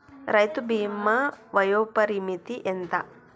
రైతు బీమా వయోపరిమితి ఎంత?